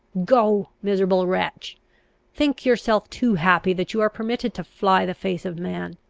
go, miserable wretch think yourself too happy that you are permitted to fly the face of man!